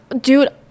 dude